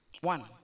One